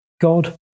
God